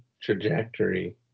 trajectory